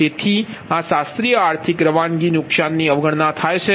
તેથી આ શાસ્ત્રીય આર્થિક રવાનગી નુકસાન ની અવગણના થાય છે